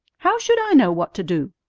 how should i know what to do?